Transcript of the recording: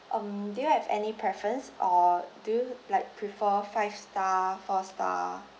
um do you have any preference or do you like prefer five star four star